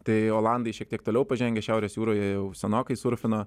tai olandai šiek tiek toliau pažengę šiaurės jūroje jau senokai surfino